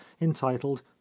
entitled